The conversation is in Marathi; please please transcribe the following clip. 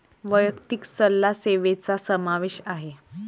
वैयक्तिक सल्ला सेवेचा समावेश आहे